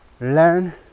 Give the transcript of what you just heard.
learn